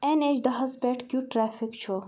N H دَہس پیٹھ کِیُتھ ٹریفِک چھُ ؟